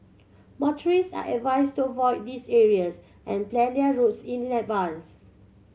motorists are advised to avoid these areas and plan their routes in advance